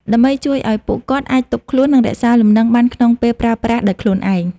ដើម្បីជួយឱ្យពួកគាត់អាចទប់ខ្លួន និងរក្សាលំនឹងបានក្នុងពេលប្រើប្រាស់ដោយខ្លួនឯង។